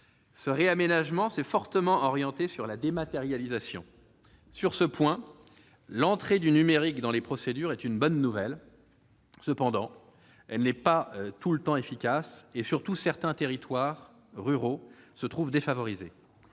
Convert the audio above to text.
Ce réaménagement a été fortement orienté sur la dématérialisation. Sur ce point, l'entrée du numérique dans les procédures est une bonne nouvelle. Cependant, elle n'est pas tout le temps efficace ; surtout, certains territoires ruraux s'en trouvent défavorisés.